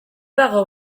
dago